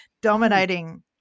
dominating